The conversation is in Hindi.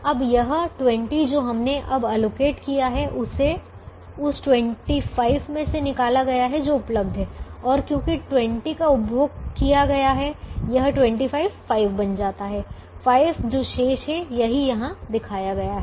अब यह 20 जो हमने अब आवंटित किया है उसे उस 25 में से निकाला गया है जो उपलब्ध है और क्योंकि 20 का उपभोग किया गया है यह 25 5 बन जाता है 5 जो शेष है यही यहां दिखाया गया है